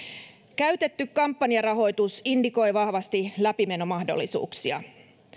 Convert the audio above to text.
käytetty kampanjarahoitus indikoi vahvasti läpimenomahdollisuuksia